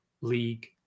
league